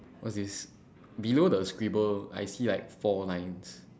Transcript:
what's this below the scribble I see like four lines